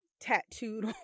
tattooed